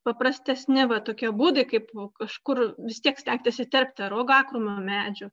paprastesni va tokie būdai kaip kažkur vis tiek stengtis įterpti ar uogakrūmių medžių